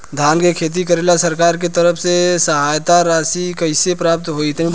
धान के खेती करेला सरकार के तरफ से सहायता राशि कइसे प्राप्त होइ?